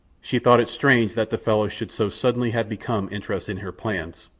she thought it strange that the fellow should so suddenly have become interested in her plans,